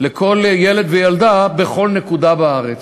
לכל ילד וילדה בכל נקודה בארץ.